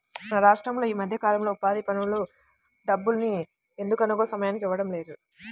మన రాష్టంలో ఈ మధ్యకాలంలో ఉపాధి పనుల డబ్బుల్ని ఎందుకనో సమయానికి ఇవ్వడం లేదు